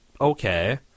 okay